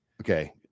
Okay